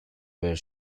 were